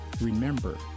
remember